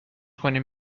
کنیم